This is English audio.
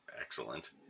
Excellent